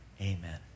amen